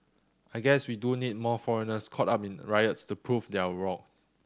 I guess we do need more foreigners caught up in riots to prove their worth